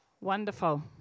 Wonderful